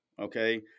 Okay